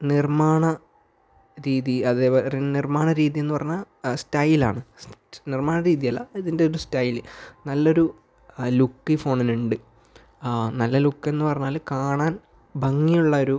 നിർമ്മാണരീതി അതേപോലെ നിർമ്മാണരീതി എന്ന് പറഞ്ഞാൽ ആ സ്റ്റൈലാണ് നിർമ്മാണ രീതിയല്ല ഇതിൻ്റെ ഒരു സ്റ്റൈല് നല്ല ഒരു ലുക്ക് ഈ ഫോണിലുണ്ട് ആ നല്ല ലുക്ക് എന്നു പറഞ്ഞാൽ കാണാൻ ഭംഗിയുള്ള ഒരു